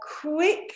Quick